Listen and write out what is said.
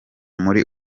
muri